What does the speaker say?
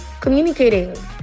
communicating